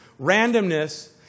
Randomness